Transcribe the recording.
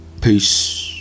Peace